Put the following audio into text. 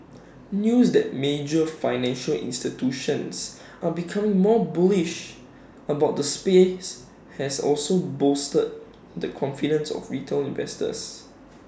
news that major financial institutions are becoming more bullish about the space has also bolstered the confidence of retail investors